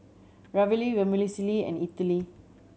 Ravioli Vermicelli and Idili